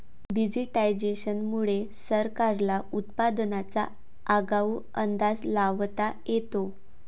digitisation मुळे सरकारला उत्पादनाचा आगाऊ अंदाज लावता येतो